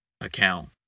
account